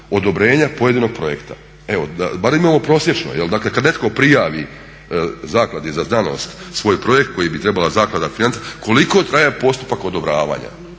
odobrenja pojedinog projekta. Evo barem imamo prosječno. Dakle, kad netko prijavi Zakladi za znanost svoj projekt koji bi trebala zaklada financirati koliko traje postupak odobravanja,